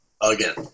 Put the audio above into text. Again